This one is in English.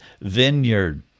vineyard